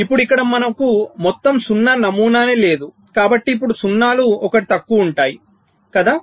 ఇప్పుడు ఇక్కడ మనకు మొత్తం 0 నమూనా లేదు కాబట్టి ఇప్పుడు సున్నాలు 1 తక్కువ ఉంటాయి కదా